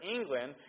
England